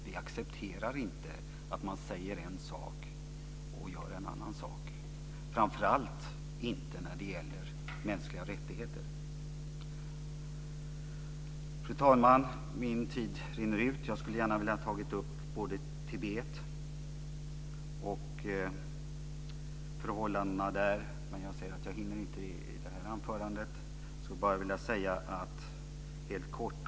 Vi accepterar inte att man säger en sak men gör en annan sak, framför allt inte när det gäller mänskliga rättigheter. Fru talman! Min talartid rinner ut. Jag skulle gärna ha tagit upp förhållandena i Tibet, men jag hinner inte i det här anförandet.